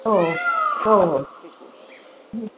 ಹೋ ಹೋ ಹ್ಞೂ